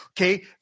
Okay